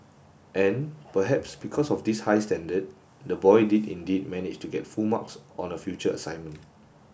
and perhaps because of this high standard the boy did indeed manage to get full marks on a future assignment